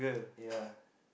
ya